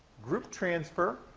group transfer,